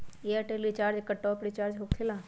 Airtel recharge एकर top off recharge होकेला?